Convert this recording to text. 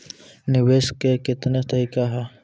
निवेश के कितने तरीका हैं?